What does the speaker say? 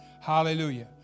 Hallelujah